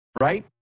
right